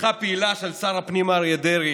ובתמיכה פעילה של שר הפנים אריה דרעי